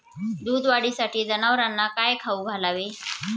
दूध वाढीसाठी जनावरांना काय खाऊ घालावे?